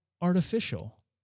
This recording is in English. artificial